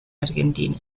argentina